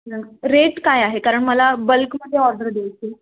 न रेट काय आहे कारण मला बल्कमध्ये ऑर्डर द्यायची आहे